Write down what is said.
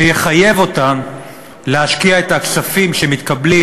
שיחייב אותן להשקיע את הכספים שמתקבלים